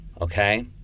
okay